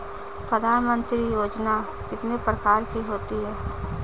प्रधानमंत्री योजना कितने प्रकार की होती है?